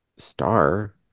star